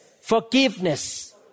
forgiveness